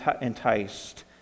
enticed